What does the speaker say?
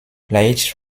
light